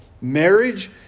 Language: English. Marriage